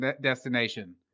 destination